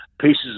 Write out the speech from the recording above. pieces